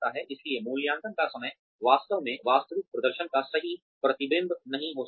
इसलिए मूल्यांकन का समय वास्तव में वास्तविक प्रदर्शन का सही प्रतिबिंब नहीं हो सकता है